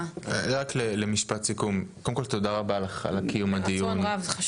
קודם כל תודה רבה לך על קיום הדיון הזה,